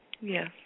Yes